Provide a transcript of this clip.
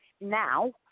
now